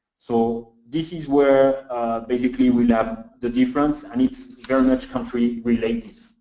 so this is where basically we have the difference, and it's very much country related.